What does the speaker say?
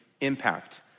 impact